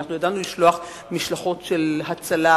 ידענו לשלוח משלחות סיוע,